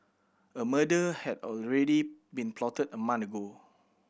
a murder had already been plotted a month ago